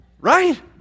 Right